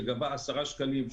שגבה עשרה שקלים,